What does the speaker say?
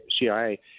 CIA